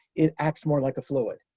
it acts more like a fluid.